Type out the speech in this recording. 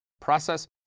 process